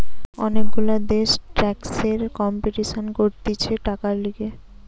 অনেক গুলা দেশ ট্যাক্সের কম্পিটিশান করতিছে টাকার লিগে